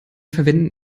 verwenden